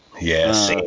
Yes